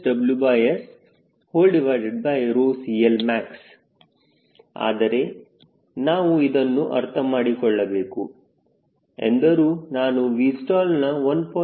12WSCLmax ಆದರೆ ನಾವು ಇದನ್ನು ಅರ್ಥ ಮಾಡಿಕೊಳ್ಳಬೇಕು ಎಂದರು ನಾನು Vstallನ 1